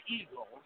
Eagles